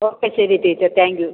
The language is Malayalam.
ഓക്കെ ശരി ടീച്ചർ താങ്ക് യൂ